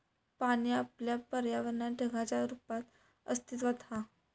पाणी आपल्या पर्यावरणात ढगांच्या रुपात अस्तित्त्वात हा